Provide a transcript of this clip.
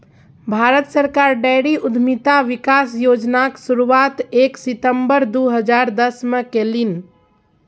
भारत सरकार डेयरी उद्यमिता विकास योजनाक शुरुआत एक सितंबर दू हजार दसमे केलनि